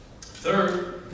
Third